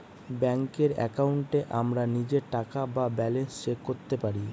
ব্যাঙ্কের একাউন্টে আমরা নিজের টাকা বা ব্যালান্স চেক করতে পারি